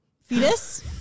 fetus